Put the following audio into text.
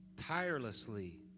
tirelessly